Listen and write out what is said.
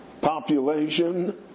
population